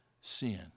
sin